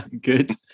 Good